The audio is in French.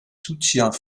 soutiens